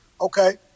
okay